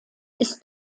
ist